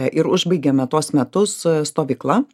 ir užbaigiame tuos metus stovykla